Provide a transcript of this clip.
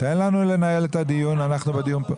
התשובה שלך.